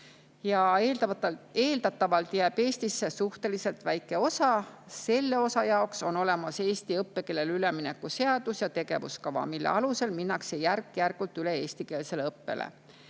Eeldatavalt jääb Eestisse suhteliselt väike osa. Selle osa jaoks on olemas eesti õppekeelele ülemineku seadus ja tegevuskava, mille alusel minnakse järk-järgult üle eestikeelsele õppele.